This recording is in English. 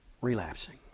relapsing